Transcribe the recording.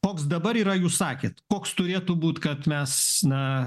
koks dabar yra jūs sakėt koks turėtų būt kad mes na